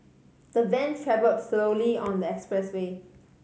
the van travelled slowly on the expressway